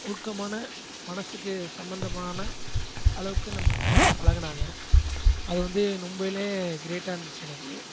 ஒழுக்கமான மனசுக்கு சம்பந்தமான அளவுக்கு நம்மகிட்ட பழகினாங்க அது வந்து உண்மையிலே கிரேட்டாக இருந்துச்சு எனக்கு